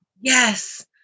Yes